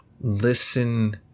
listen